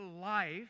life